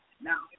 Now